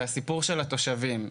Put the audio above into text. והסיפור של התושבים.